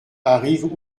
arrivent